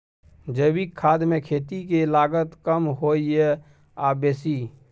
जैविक खाद मे खेती के लागत कम होय ये आ बेसी?